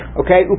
okay